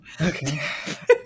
Okay